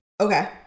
Okay